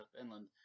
inland